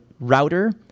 router